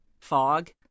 fog